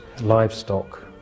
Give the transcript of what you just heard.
livestock